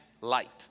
light